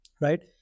Right